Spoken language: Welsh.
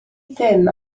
ddim